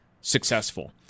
successful